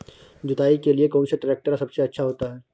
जुताई के लिए कौन सा ट्रैक्टर सबसे अच्छा होता है?